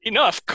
Enough